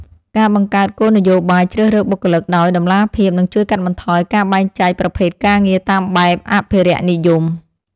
ការបង្កើតគោលនយោបាយជ្រើសរើសបុគ្គលិកដោយតម្លាភាពនឹងជួយកាត់បន្ថយការបែងចែកប្រភេទការងារតាមបែបអភិរក្សនិយម។